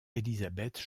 élisabeth